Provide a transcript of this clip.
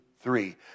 three